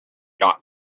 not